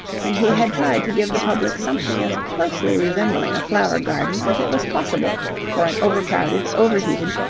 and he had tried to give the public something as closely resembling a flower-garden as it was possible for an overcrowded, overheated,